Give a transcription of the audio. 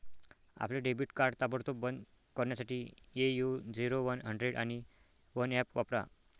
आपले debit card ताबडतोब बंद करण्यासाठी ए.यू झिरो वन हंड्रेड आणि वन ऍप वापरा